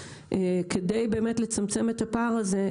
כדי לצמצם את הפער הזה,